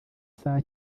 saa